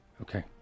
okay